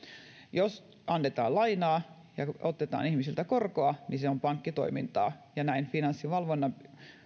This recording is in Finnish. jos annetaan lainaa ja otetaan ihmisiltä korkoa niin se on pankkitoimintaa ja näin finanssivalvonnan